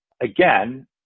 again